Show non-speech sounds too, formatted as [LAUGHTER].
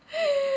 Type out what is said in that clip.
[NOISE]